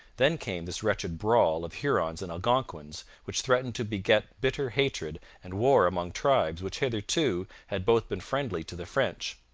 then came this wretched brawl of hurons and algonquins, which threatened to beget bitter hatred and war among tribes which hitherto had both been friendly to the french.